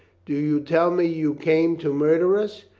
do you tell me you came to murder us?